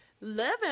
living